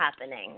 happening